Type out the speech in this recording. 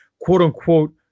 quote-unquote